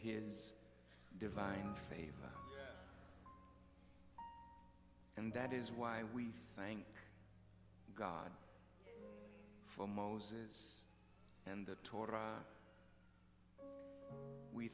his divine favor and that is why we thank god for most is and the